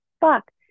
fuck